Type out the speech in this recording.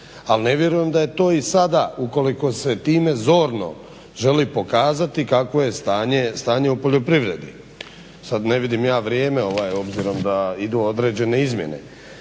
ali ne vjerujem da je to i sada ukoliko se time zorno želi pokazati kakvo je stanje u poljoprivredi. Sad ne vidim ja vrijeme obzirom da idu određene izmjene,